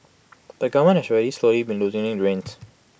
but government has slowly been loosening the reins